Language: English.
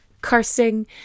cursing